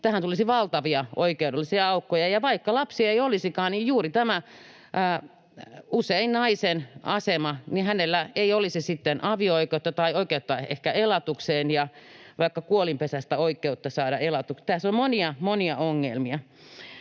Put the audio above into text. tähän tulisi valtavia oikeudellisia aukkoja, ja vaikka lapsia ei olisikaan, niin juuri tämä, usein naisen, asema, hänellä ei olisi sitten avio-oikeutta tai oikeutta ehkä elatukseen ja vaikka kuolinpesästä oikeutta saada elatusta. Tässä on monia, monia